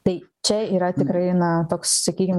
tai čia yra tikrai na toks sakykim